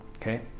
Okay